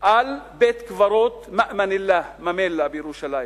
על בית-הקברות "מאמן אללה" ממילא, בירושלים.